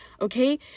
Okay